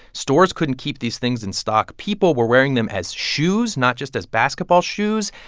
stores couldn't keep these things in stock. people were wearing them as shoes, not just as basketball shoes.